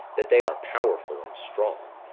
that they are powerful and strong,